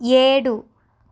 ఏడు